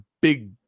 big